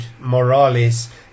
morales